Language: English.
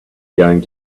going